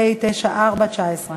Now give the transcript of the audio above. פ/94/19.